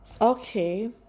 Okay